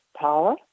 power